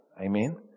Amen